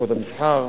לשכות המסחר,